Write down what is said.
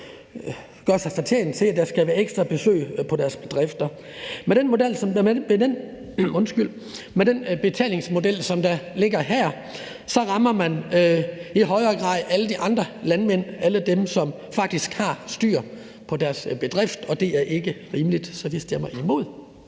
gør sig fortjent til, at der skal være ekstra besøg på deres bedrifter. Med den betalingsmodel, der ligger her, rammer man i højere grad alle de andre landmænd; alle dem, som faktisk har styr på deres bedrift. Det er ikke rimeligt, så vi stemmer imod